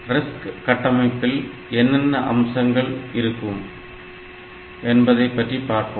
RISC கட்டமைப்பில் என்னென்ன அம்சங்கள் இருக்கின்றன என்பதை பற்றி பார்ப்போம்